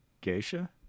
Geisha